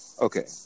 okay